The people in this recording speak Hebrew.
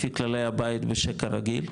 לפי כללי הבית בשקע רגיל,